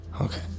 Okay